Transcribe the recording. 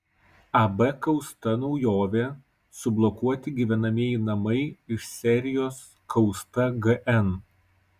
ab kausta naujovė sublokuoti gyvenamieji namai iš serijos kausta gn